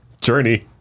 journey